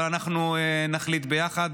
אבל אנחנו נחליט ביחד.